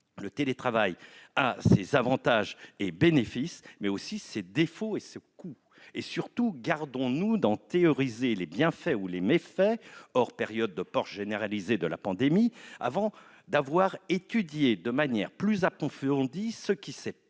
Le télétravail a ses avantages et ses bénéfices, mais aussi ses défauts et ses coûts. Gardons-nous surtout d'en théoriser les bienfaits ou les méfaits- hors période de peur généralisée de la pandémie -avant d'avoir étudié de manière plus approfondie ce qui s'est passé